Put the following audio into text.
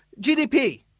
GDP